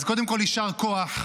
אז קודם כול, יישר כוח.